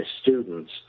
students